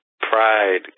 Pride